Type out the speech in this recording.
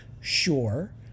Sure